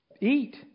eat